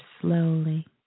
slowly